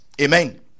Amen